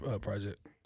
Project